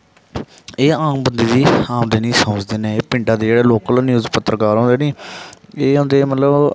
एह् आम बंदे दी आमदनी समझदे न एह् पिंडे दे जेह्ड़े लोकल न्यूज पत्रकार होंदे नी एह् होंदे मतलब